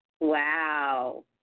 wow